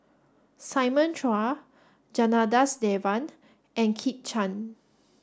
Simon Chua Janadas Devan and Kit Chan